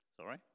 sorry